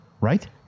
right